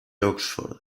oxford